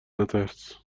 نترس